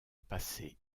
passé